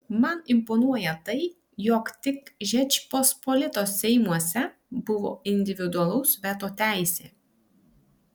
man imponuoja tai jog tik žečpospolitos seimuose buvo individualaus veto teisė